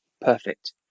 perfect